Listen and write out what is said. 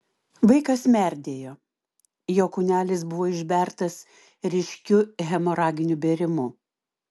vaikas merdėjo jo kūnelis buvo išbertas ryškiu hemoraginiu bėrimu